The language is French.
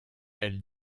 elle